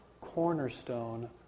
cornerstone